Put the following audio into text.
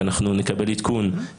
ואנחנו נקבל עדכון,